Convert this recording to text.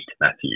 Matthew